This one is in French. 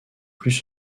plus